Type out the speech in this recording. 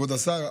כבוד השר,